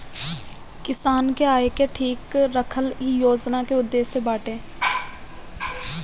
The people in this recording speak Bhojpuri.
किसान के आय के ठीक रखल इ योजना के उद्देश्य बाटे